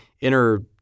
inner